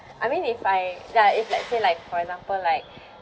I mean if I ya if let's say like for example like